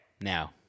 Now